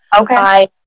Okay